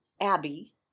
Abby